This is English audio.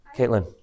Caitlin